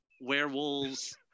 werewolves